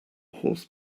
horse